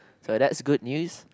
so that's good news